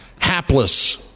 Hapless